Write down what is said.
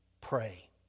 Pray